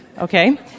okay